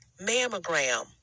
mammogram